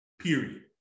period